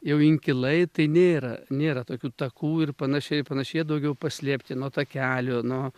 jau inkilai tai nėra nėra tokių takų ir panašiai ir panašiai daugiau paslėpti nuo takelio nuo